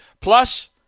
plus